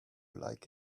like